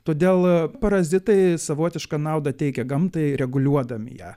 todėl parazitai savotišką naudą teikia gamtai reguliuodami ją